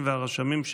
הכנסת,